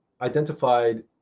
identified